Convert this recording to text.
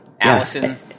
Allison